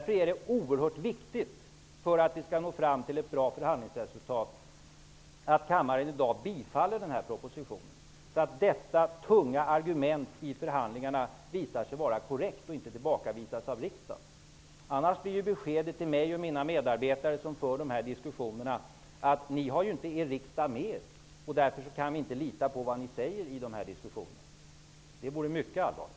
För att vi skall nå ett bra förhandlingsresultat är det oerhört viktigt att kammaren i dag bifaller propositionen, så att detta tunga argument i förhandlingarna visar sig vara korrekt och inte tillbakavisas av riksdagen. Annars blir beskedet till mig och mina medarbetare, som för de här diskussionerna: Ni har ju inte er riksdag med er! Därför kan vi inte lita på vad ni säger i de här diskussionerna. -- Det vore mycket allvarligt.